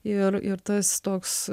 ir ir tas toks